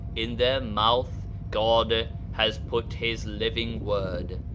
in their mouth god has put his living word,